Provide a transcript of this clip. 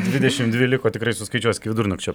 dvidešimt dvi liko tikrai suskaičiuos iki vidurnakčio